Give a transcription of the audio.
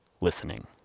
listening